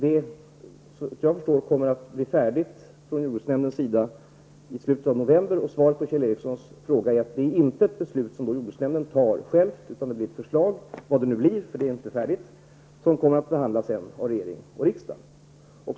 Såvitt jag förstår kommer jordbruksnämden att vara färdig med förslaget i slutet av november. Svaret på Kjell Ericssons fråga är att jordbruksnämnden inte har att fatta detta beslut, utan förslaget -- vad det nu blir -- som ännu inte är färdigt kommer att behandlas av regering och riksdag.